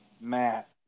Matt